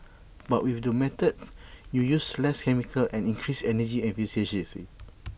but with this method you use less chemicals and increase energy efficiency